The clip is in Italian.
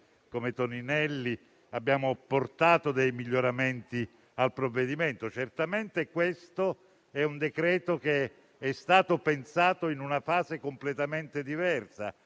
Toninelli. Abbiamo apportato dei miglioramenti al provvedimento. Certamente questo è un decreto che è stato pensato in una fase completamente diversa.